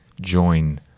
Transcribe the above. join